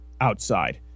outside